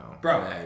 Bro